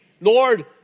Lord